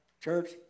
Church